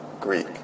Greek